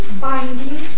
binding